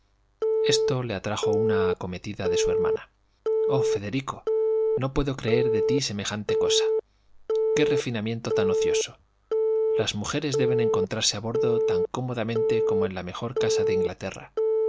esto le atrajo una acometida de su hermana oh federico no puedo creer de ti semejante cosa qué refinamiento tan ocioso las mujeres deben encontrarse a bordo tan cómodamente como en la mejor casa de inglaterra